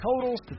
totals